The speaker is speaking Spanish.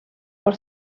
por